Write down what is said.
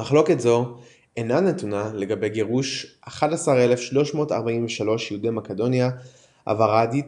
מחלוקת זו אינה נתונה לגבי גירוש 11,343 יהודי מקדוניה הווארדארית,